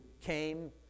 came